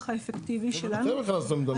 האפקטיבי שלנו --- אתם הכנסתם את המילים.